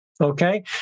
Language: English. Okay